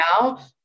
now